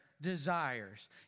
desires